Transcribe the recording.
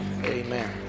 Amen